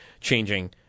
changing